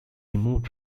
removed